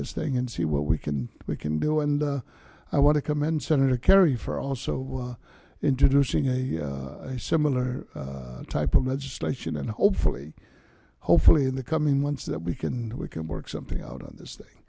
this thing and see what we can we can do and i want to commend senator kerry for also introducing a similar type of legislation and hopefully hopefully in the coming months that we can we can work something out on this thing